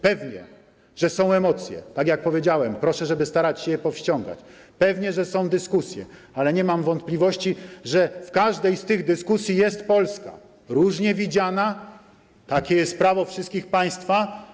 Pewnie, że są emocje - tak jak powiedziałem, proszę, żeby starać się je powściągać - pewnie, że są dyskusje, ale nie mam wątpliwości, że w każdej z tych dyskusji jest Polska, różnie widziana, takie jest prawo wszystkich Państwa.